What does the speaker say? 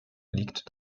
liegt